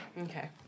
Okay